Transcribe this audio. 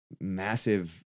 massive